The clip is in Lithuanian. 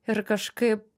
ir kažkaip